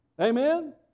Amen